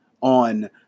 on